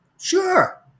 sure